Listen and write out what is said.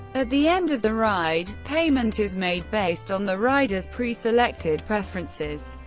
at the end of the ride, payment is made based on the rider's pre-selected preferences,